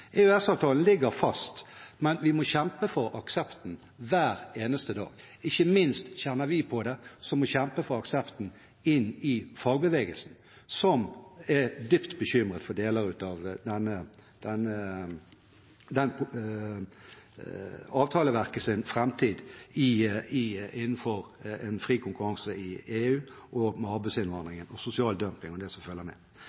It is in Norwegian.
EØS-avtalen ligger fast, men vi må kjempe for aksepten hver eneste dag. Ikke minst kjenner vi på det, vi som må kjempe for aksepten inn i fagbevegelsen, som er dypt bekymret for deler av avtaleverkets framtid innenfor en fri konkurranse i EU, og med arbeidsinnvandringen, sosial dumping og det som følger med.